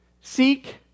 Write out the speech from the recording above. seek